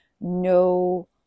no